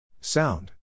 Sound